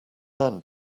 man